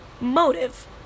motive